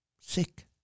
sick